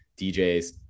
DJs